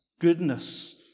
goodness